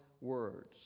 words